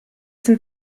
sind